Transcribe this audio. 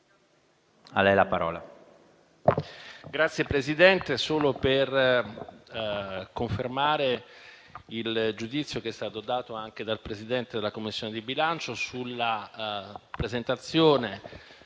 intervengo solo per confermare il giudizio che è stato dato anche dal Presidente della Commissione bilancio sulla presentazione